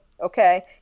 Okay